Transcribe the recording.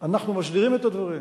אנחנו מסדירים את הדברים,